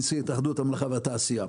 כן, נשיא התאחדות המלאכה והתעשייה.